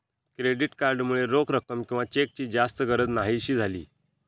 credit card मुळे रोख रक्कम किंवा चेकची जास्त गरज न्हाहीशी झाली